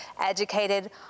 educated